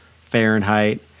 Fahrenheit